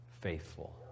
faithful